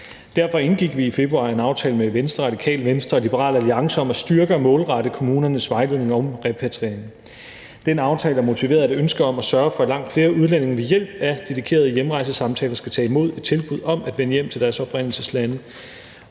Derfor indgik vi i februar en aftale med Venstre, Radikale Venstre og Liberal Alliance om at styrke og målrette kommunernes vejledning om repatriering. Den aftale er motiveret af et ønske om at sørge for, at langt flere udlændinge ved hjælp af dedikerede hjemrejsesamtaler skal tage imod et tilbud om at vende hjem til deres oprindelseslande.